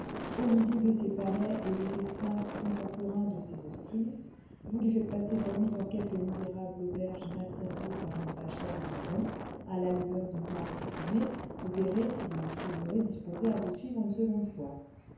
au milieu de ces palais et de ces sphinx contemporains de sésostris vous lui faites passer la nuit dans quelque misérable auberge mal servie par une vachère en haillons à la lueur d'une lampe enfumée vous verrez si vous le trouverez disposé à vous suivre une seconde fois